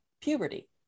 puberty